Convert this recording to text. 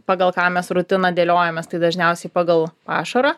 pagal ką mes rutiną dėliojamės tai dažniausiai pagal pašarą